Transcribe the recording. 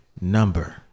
Number